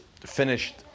finished